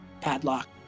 padlock